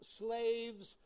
slaves